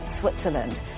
Switzerland